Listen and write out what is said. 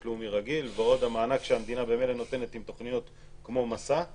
לאומי רגיל ועוד המענק שהמדינה ממילא נותנת עם תוכניות כמו 'מסע'.